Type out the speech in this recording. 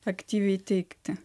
aktyviai teikti